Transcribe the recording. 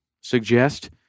suggest